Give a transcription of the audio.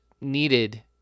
needed